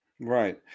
Right